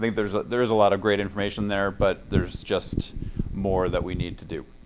think there's there's a lot of great information there. but there's just more that we need to do.